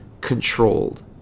controlled